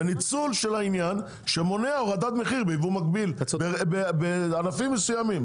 זה מה שמונע את הורדת המחיר בייבוא המקביל בענפים מסוימים,